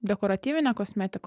dekoratyvinę kosmetiką